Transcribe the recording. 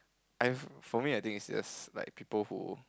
I for me I think is just like people who